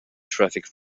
traffic